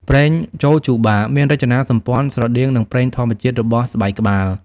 ប្រេងចូជូបា មានរចនាសម្ព័ន្ធស្រដៀងនឹងប្រេងធម្មជាតិរបស់ស្បែកក្បាល។